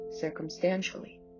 circumstantially